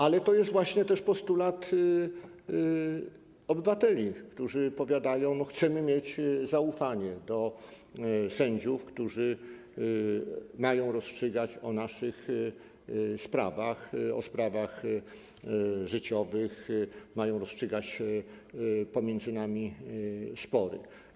Ale to jest też postulat obywateli, którzy powiadają: no chcemy mieć zaufanie do sędziów, którzy mają rozstrzygać o naszych sprawach, o sprawach życiowych, mają rozstrzygać pomiędzy nami spory.